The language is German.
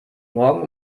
morgen